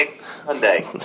Sunday